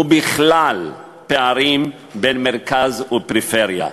ובכלל פערים בין מרכז ופריפריה,